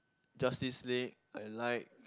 Justice-League I like